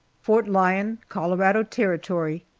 fort lyon, colorado territory,